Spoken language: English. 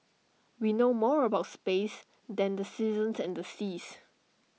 we know more about space than the seasons and seas